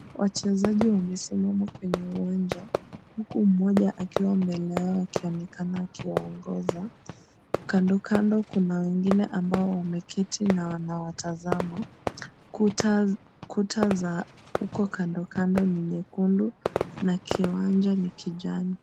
Wachezaji wamesimama kwenye uwanja huku mmoja akiwa mbele yao akionekana akiongoza. Kando kando kuna wengine ambao wameketi na wanawa tazama . Kuta za huko kando kando ni nyekundu na kiwanja ni kijani.